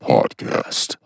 Podcast